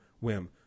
whim